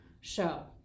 show